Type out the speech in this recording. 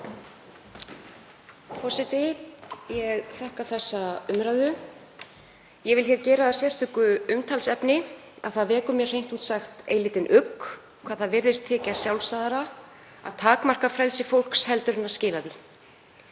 forseti. Ég þakka þessa umræðu. Ég vil gera að sérstöku umtalsefni að það vekur mér hreint út sagt eilítinn ugg að það virðist þykja sjálfsagðara að takmarka frelsi fólks en að skila því.